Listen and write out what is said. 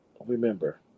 Remember